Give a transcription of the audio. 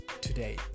today